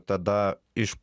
tada iš